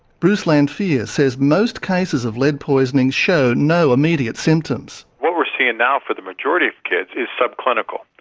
bruce lanphear says most cases of lead poisoning show no immediate symptoms. what we're seeing now for the majority of kids is subclinical.